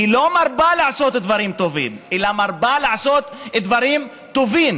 היא לא מרבה לעשות דברים טובים אלא מרבה לעשות דברים רעים,